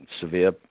severe